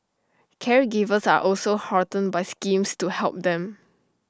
caregivers are also heartened by schemes to help them